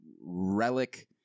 relic